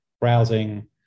browsing